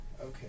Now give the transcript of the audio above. Okay